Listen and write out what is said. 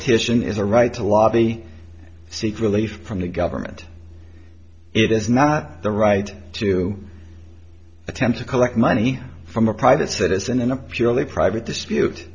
petition is a right to lobby seek relief from the government it is not the right to attempt to collect money from a private citizen in a purely private dispute